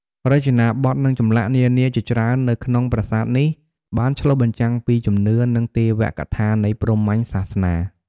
រចនាបថ និងចម្លាក់នានាជាច្រើននៅក្នុងប្រាសាទនេះបានឆ្លុះបញ្ចាំងពីជំនឿ និងទេវកថានៃព្រាហ្មណ៍សាសនា។